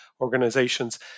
organizations